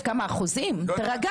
אבל 2,700 מאז יולי,